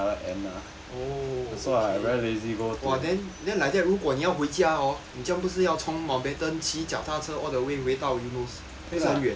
oh okay !wah! then then like that 如果你要回家 hor 你这样不是要从 mountbatten 骑脚踏车 all the way 回到 eunos 非常远